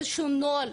איזשהו נוהל,